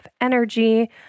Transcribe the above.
energy